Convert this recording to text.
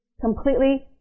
completely